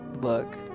look